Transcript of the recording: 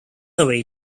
away